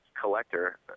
collector